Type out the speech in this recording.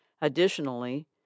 Additionally